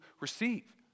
receive